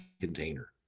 container